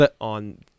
on